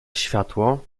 światło